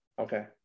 Okay